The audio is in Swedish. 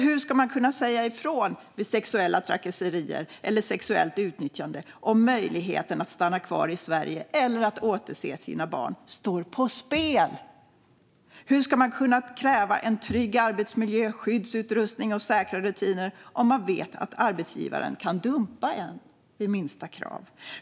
Hur ska man kunna säga ifrån vid sexuella trakasserier eller sexuellt utnyttjande om möjligheten att stanna kvar i Sverige eller att återse sina barn står på spel? Hur ska man kunna kräva en trygg arbetsmiljö med skyddsutrustning och säkra rutiner om man vet att arbetsgivaren kan dumpa en vid minsta krav?